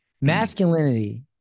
Masculinity